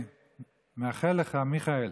מיכאל,